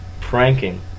Pranking